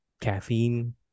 caffeine